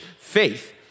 faith